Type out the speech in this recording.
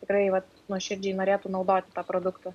tikrai vat nuoširdžiai norėtų naudoti tą produktą